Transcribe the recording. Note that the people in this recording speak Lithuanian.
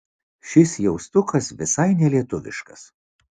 šis jaustukas visai nelietuviškas